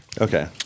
okay